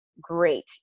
great